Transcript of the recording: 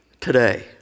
today